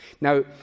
Now